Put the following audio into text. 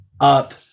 up